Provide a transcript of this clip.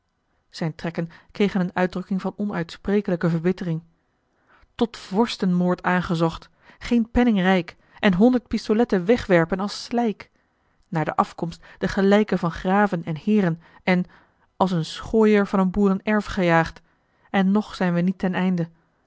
zijne trekken kregen eene uitdrukking van onuitsprekelijke verbittering tot vorstenmoord aangezocht geen penning rijk en honderd pistoletten wegwerpen als slijk naar de afkomst de gelijke van graven en heeren en als een schooier van een boerenerf gejaagd en nog zijn we niet ten einde